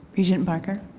regent barker?